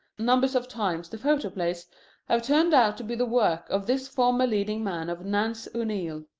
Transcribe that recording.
numbers of times the photoplays have turned out to be the work of this former leading man of nance o'neil.